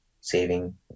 saving